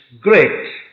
great